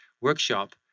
workshop